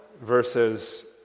verses